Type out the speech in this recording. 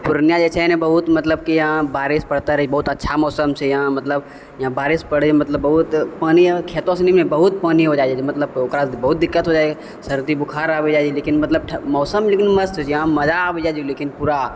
पूर्णिया जे छै ने बहुत मतलब की यहाँ बारिश पड़तौ रहै छै बहुत अच्छा मौसम छै यहाँ मतलब यहाँ बारिश पड़ै मतलब बहुत पानि यहाँ खेतो सबनीमे बहुत पानि हो जाइ छै मतलब ओकरा बहुत दिक्कत हो जाइ हँ सर्दी बोखार आबि जाइ लेकिन मतलब मौसम लेकिन मस्त होइ छै यहाँ मजा आबि जाइ छै लेकिन पूरा